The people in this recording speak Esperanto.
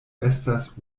estas